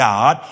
God